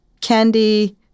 candy